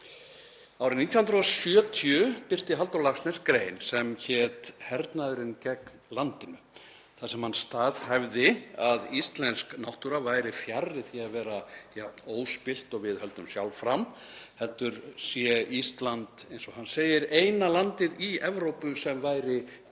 Árið 1970 birti Halldór Laxness grein sem hét „Hernaðurinn gegn landinu“ þar sem hann staðhæfði að íslensk náttúra væri fjarri því að vera jafn óspillt og við höldum sjálf fram heldur væri Ísland, eins og hann segir, eina landið í Evrópu sem væri gerspillt